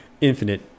infinite